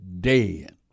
dead